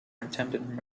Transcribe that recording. attempted